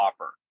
offer